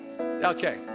Okay